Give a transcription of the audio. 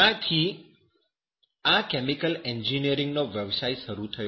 ક્યાંથી આ કેમિકલ એન્જિનિયરિંગનો વ્યવસાય શરૂ થયો